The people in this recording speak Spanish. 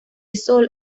sol